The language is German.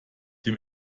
dem